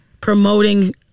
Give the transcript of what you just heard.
promoting